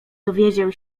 dowiedział